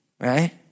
right